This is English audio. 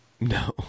No